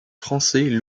français